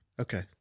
okay